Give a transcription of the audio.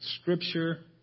scripture